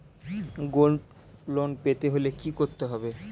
Gold loan পেতে হলে কি করতে হবে?